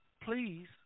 please